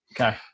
Okay